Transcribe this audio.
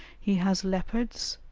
he has leopards,